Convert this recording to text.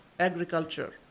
agriculture